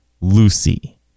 Lucy